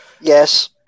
Yes